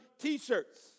T-shirts